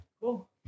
Cool